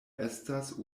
estas